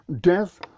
death